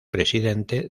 presidente